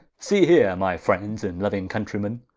see here my friends and louing countreymen,